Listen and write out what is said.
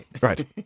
Right